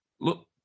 look